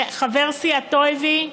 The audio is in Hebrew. חבר סיעתו, הביא?